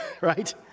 right